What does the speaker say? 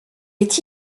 est